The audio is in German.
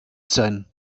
sein